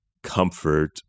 Comfort